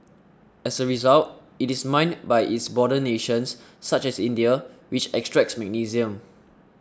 as a result it is mined by its border nations such as India which extracts magnesium